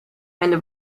eine